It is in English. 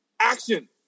Action